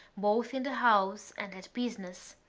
both in the house and at business.